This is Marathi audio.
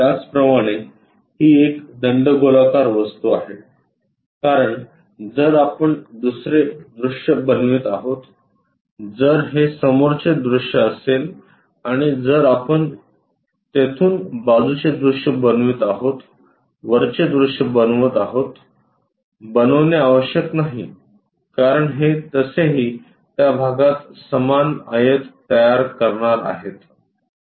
त्याचप्रमाणे ही एक दंडगोलाकार वस्तू आहे कारण जर आपण दुसरे दृश्य बनवित आहोतजर हे समोरचे दृश्य असेल आणि जर आपण तेथून बाजूचे दृश्य बनवित आहोत वरचे दृश्य बनवत आहोतबनवणे आवश्यक नाही कारण ते तसेही त्या भागात समान आयत तयार करणार आहेत